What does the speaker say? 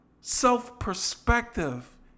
self-perspective